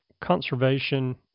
conservation